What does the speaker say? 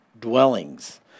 dwellings